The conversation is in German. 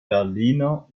berliner